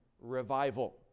revival